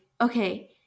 okay